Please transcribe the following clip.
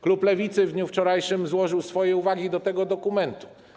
Klub Lewicy w dniu wczorajszym złożył swoje uwagi do tego dokumentu.